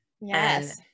Yes